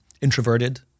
introverted